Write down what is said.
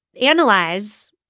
analyze